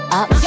up